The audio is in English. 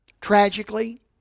tragically